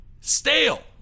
stale